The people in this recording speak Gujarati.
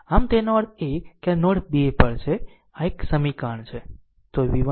આમ તેનો અર્થ એ કે આ નોડ 2 પર છે આ એક સમીકરણ છે